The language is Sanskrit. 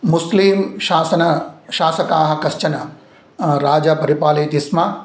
मुस्लिं शासन शासकाः कश्चन राजा परिपालयति स्म